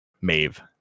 Mave